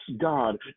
god